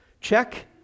Check